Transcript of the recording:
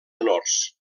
honors